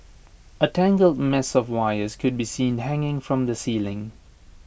A tangled mess of wires could be seen hanging from the ceiling